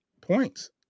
points